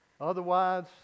Otherwise